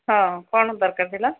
ହଁ କ'ଣ ଦରକାର ଥିଲା